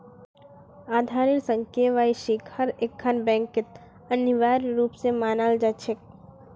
आधारेर संग केवाईसिक हर एकखन बैंकत अनिवार्य रूप स मांगाल जा छेक